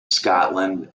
scotland